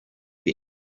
pit